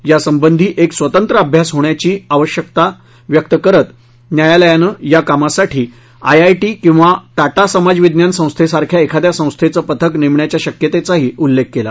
यासंबंधी एक स्वतंत्र अभ्यास होण्याची अपेक्षा व्यक्त करत न्यायालयानं या कामासाठी आयआयटी किंवा टाटा समाज विज्ञान संस्थेसारख्या एखाद्या संस्थेचं पथक नेमण्याच्या शक्यतेचाही उल्लेख केला